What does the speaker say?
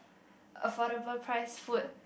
affordable price food